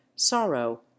sorrow